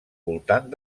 voltant